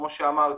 כמו שאמרתי,